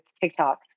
TikTok